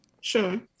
Sure